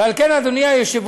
ועל כן, אדוני היושב-ראש,